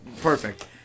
perfect